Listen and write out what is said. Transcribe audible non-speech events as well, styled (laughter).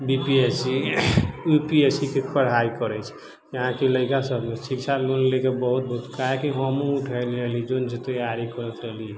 B P S C U P S C के पढ़ाइ करै छै यहाँके लड़िका सब ने शिक्षा लोन ले के बहुत काहे कि हमहूँ (unintelligible) तैयारी करैत रहली